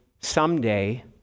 someday